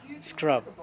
scrub